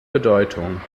bedeutung